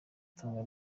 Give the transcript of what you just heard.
tunga